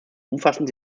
umfassend